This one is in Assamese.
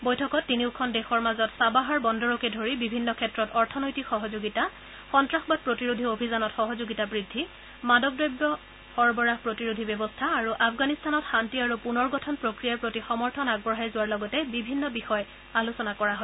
বৈঠকত তিনিওখন দেশৰ মাজত চাবাহাৰ বন্দৰকে ধৰি বিভিন্ন ক্ষেত্ৰত অৰ্থনৈতিক সহযোগিতা সন্তাসবাদ প্ৰতিৰোধী অভিযানত সহযোগিতা বৃদ্ধি মাদকদ্ৰব্য সৰবৰাহ প্ৰতিৰোধী ব্যৱস্থা আৰু আফগানিস্তানত শান্তি আৰু পুনৰ গঠন প্ৰক্ৰিয়াৰ প্ৰতি সমৰ্থন আগবঢ়াই যোৱাৰ লগতে বিভিন্ন বিষয় আলোচনা কৰা হয়